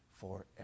forever